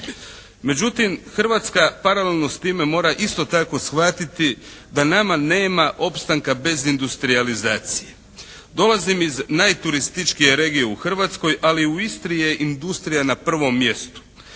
Međutim Hrvatska paralelno s time mora isto tako shvatiti da nama nema opstanka bez industrijalizacije,. Dolazim iz najturističkije regije u Hrvatskoj ali u Istri je industrija na prvom mjestu.